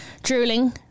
Drooling